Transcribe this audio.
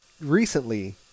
recently